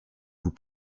vous